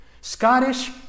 Scottish